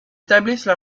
établissent